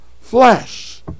Flesh